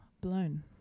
blown